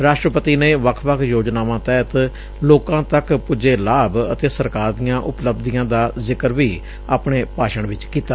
ਰਾਸਟਰਪਤੀ ਨੇ ਵੱਖ ਵੱਖ ਯੋਜਨਾਵਾਂ ਤਹਿਤ ਲੋਕਾਂ ਤੱਕ ਪੁੱਜੇ ਲਾਭ ਅਤੇ ਸਰਕਾਰ ਦੀਆਂ ਉਪਲੱਭਦੀਆਂ ਦਾ ਜ਼ਕਰ ਵੀ ਆਪਣੇ ਭਾਸ਼ਣ ਵਿਚ ਕੀਤਾ